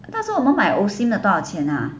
那时候我们买 Osim 的多少钱 ha